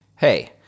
Hey